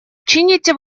чините